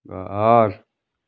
घर